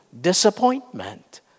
disappointment